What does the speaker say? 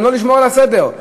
לא לשמור על הסדר,